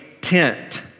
tent